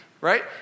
right